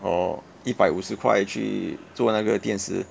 or 一百五十块去做那个电池